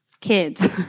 Kids